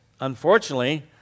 unfortunately